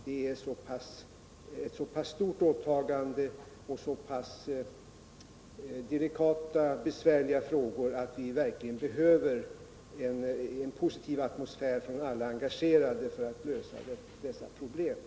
Det är nämligen ett så pass stort åtagande att vi verkligen behöver en positiv inställning hos alla engagerade för att kunna med utsikt till framgång fullfölja projektet.